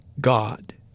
God